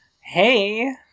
Hey